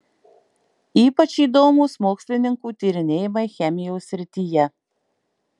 ypač įdomūs mokslininkų tyrinėjimai chemijos srityje